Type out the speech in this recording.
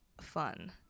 fun